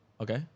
Okay